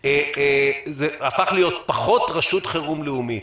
הפך להיות פחות רשות לאומית